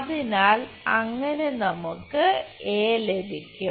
അതിനാൽ അങ്ങനെ നമുക്ക് ലഭിക്കും